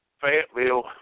Fayetteville